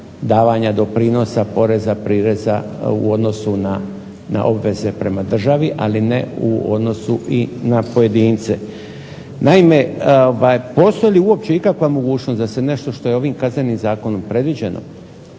davanja doprinosa, poreza, prireza u odnosu na obveze prema državi ali ne i u odnosu na pojedince. Naime postoji li uopće ikakva mogućnost da se nešto što je ovim Kaznenim zakonom predviđeno